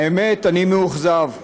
האמת, אני מאוכזב.